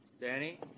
Danny